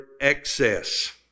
excess